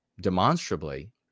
demonstrably